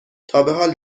تابحال